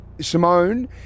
Simone